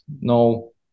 no